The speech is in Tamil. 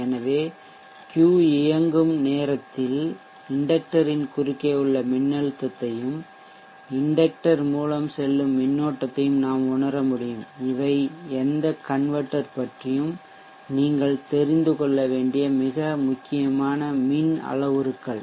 எனவே Q இயங்கும் அந்த நேரத்தில் இண்டக்டர் ன் குறுக்கே உள்ள மின்னழுத்தத்தையும் இண்டக்டர் மூலம் செல்லும் மின்னோட்டத்தையும் நாம் உணர முடியும் இவை எந்த கன்வெர்ட்டெர் பற்றியும் நீங்கள் தெரிந்து கொள்ள வேண்டிய முக்கியமான மின் அளவுருக்கள்